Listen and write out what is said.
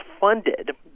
funded